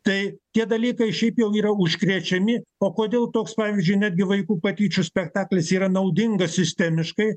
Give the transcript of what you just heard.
tai tie dalykai šiaip jau yra užkrečiami o kodėl toks pavyzdžiui netgi vaikų patyčių spektaklis yra naudingas sistemiškai